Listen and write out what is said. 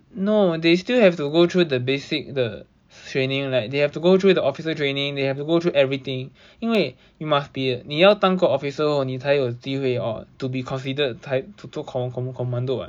no they still have to go through the basic the training like they have to go through the officer training they have to go through everything 因为 you must be 你要当过 officer 后你才有机会 or to be considered com~ com~ commando [what]